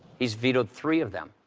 he's vetoed three of them.